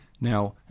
Now